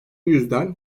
yüzden